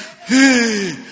hey